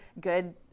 good